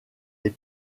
les